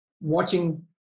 watching